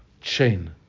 Chain